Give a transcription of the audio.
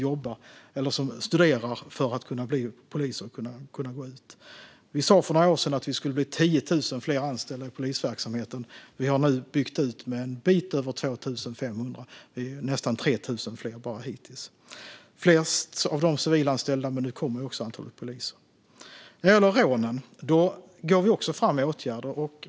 Vi sa för några år sedan att det skulle bli 10 000 fler anställda i polisverksamheten. Vi har nu byggt ut med en bit över 2 500; det är nästan 3 000 fler bara hittills. De flesta av dem är civilanställda, men det kommer också ett antal poliser. När det gäller rånen går vi också fram med åtgärder.